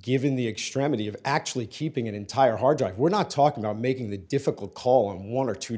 given the extremity of actually keeping an entire hard drive we're not talking about making the difficult call on one or two